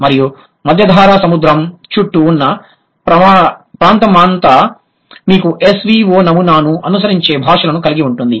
మరియు మధ్యధరా సముద్రం చుట్టూ ఉన్న ప్రాంతమంతా మీకు SVO నమూనాను అనుసరించే భాషలను కలిగి ఉంటుంది